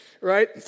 right